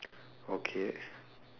okay